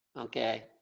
Okay